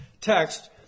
text